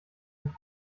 sich